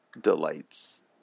delights